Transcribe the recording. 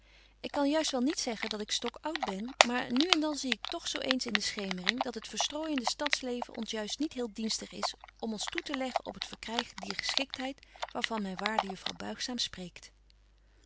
ik kan juist wel niet zeggen dat ik stok oud ben maar nu en dan zie ik toch zo eens in de schemering dat het verstrooijende stads leven ons juist niet heel dienstig is om ons toe te leggen op het verkrygen betje wolff en aagje deken historie van mejuffrouw sara burgerhart dier geschiktheid waar van myn waarde juffrouw